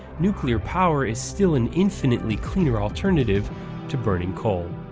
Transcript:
nuclear power is still an infinitely cleaner alternative to burning coal.